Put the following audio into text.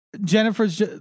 Jennifer's